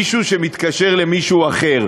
מישהו שמתקשר למישהו אחר.